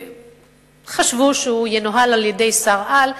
חשבו שהוא ינוהל על-ידי שר-על,